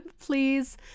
please